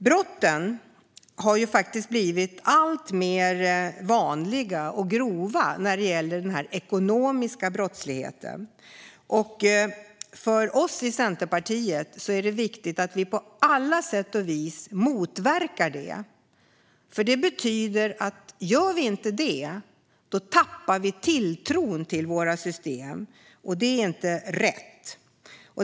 När det gäller den ekonomiska brottsligheten har brotten blivit alltmer vanliga och grova. För oss i Centerpartiet är det viktigt att vi på alla sätt och vis motverkar det. Gör vi inte det tappar människor tilltron till våra system, och det är inte rätt.